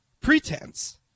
pretense